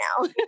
now